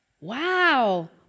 wow